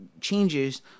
changes